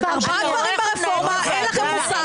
האם אתה כל כך מתון כמו שאתה חושב על עצמך.